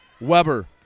Weber